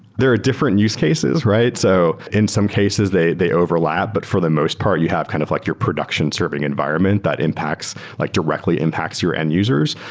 there are different use cases, right? so in some cases, they they overlapped, but for the most part you have kind of like your production serving environment that impacts like directly impacts your end users.